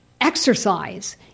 exercise